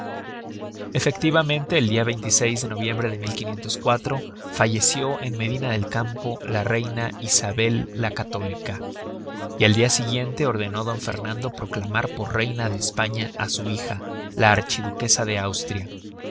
efectivamente el dia de noviembre de falleció en medina del campo la reina isabel la católica y al siguiente dia ordenó d fernando proclamar por reina de españa á su hija la archiduquesa de austria